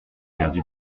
perdu